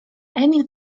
emil